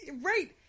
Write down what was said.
Right